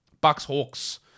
Bucks-Hawks